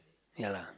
ya lah